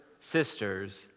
sisters